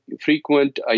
frequent